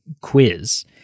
quiz